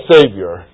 Savior